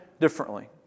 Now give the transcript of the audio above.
differently